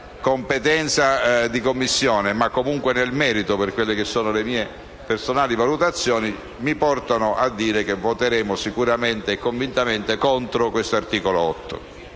competenza in Commissione, ma comunque anche di merito per quelle che sono mie personali valutazioni, mi portano a dire che voteremo sicuramente e convintamente contro l'articolo 8.